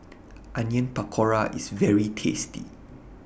Onion Pakora IS very tasty